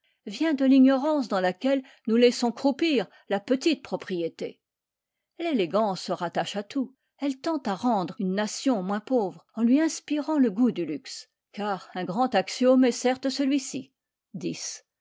vient de l'ignorance dans laquelle nous laissons croupir la petite propriété l'élégance se rattache à tout elle tend à rendre une nation moins pauvre en lui inspirant le goût du luxe car un grand axiome est certes celui-ci